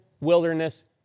Wilderness